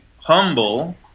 humble